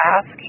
ask